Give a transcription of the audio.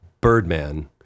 Birdman